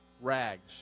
rags